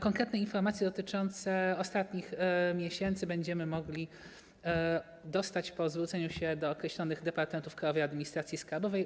Konkretne informacje dotyczące ostatnich miesięcy będziemy mogli dostać po zwróceniu się do określonych departamentów Krajowej Administracji Skarbowej.